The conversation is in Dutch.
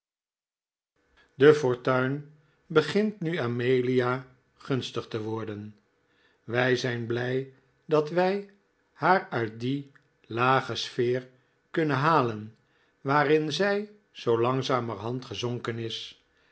e fortuin begint nu amelia gunstig te worden wij zijn blij dat wij haar uit die p s v p lage sfeer kunnen halen waarin zij langzamerhand gezonken is